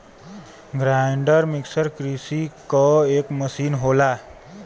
grinder mixer कृषि क एक मसीन होला